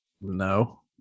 No